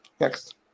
Next